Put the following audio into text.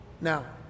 now